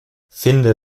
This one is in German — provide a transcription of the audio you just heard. finde